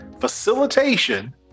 facilitation